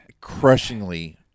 crushingly